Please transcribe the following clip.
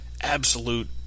absolute